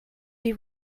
die